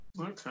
Okay